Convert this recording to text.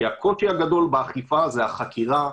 כי הקושי הגדול באכיפה היא החקירה,